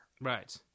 Right